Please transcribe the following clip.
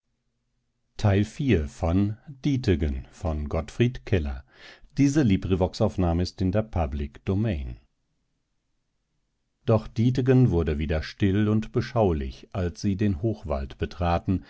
gottfried keller doch dietegen wurde wieder still und beschaulich als sie den hochwald betraten